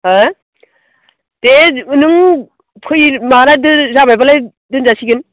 हो दे नों फै माबादो जाबाय बालाय दोनजासिगोन